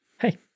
hey